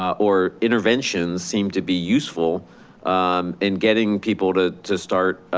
or interventions seem to be useful in getting people to to start